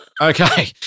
Okay